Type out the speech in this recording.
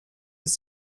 jest